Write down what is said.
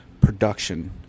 production